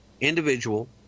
individual